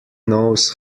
knows